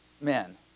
men